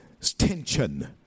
tension